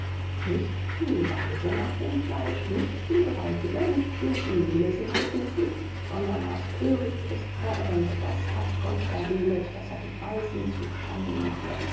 nicht viel weise nach dem fleisch nicht viel gewaltige nicht viel edle sind berufen sondern was thöricht ist vor der welt das hat gott erwählet daß er die weisen zu schanden mache